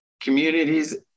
communities